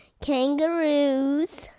Kangaroos